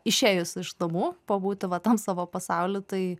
išėjus iš namų pabūti va tam savo pasauly tai